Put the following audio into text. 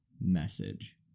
message